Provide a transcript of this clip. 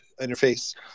interface